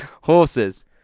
horses